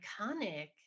iconic